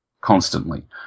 constantly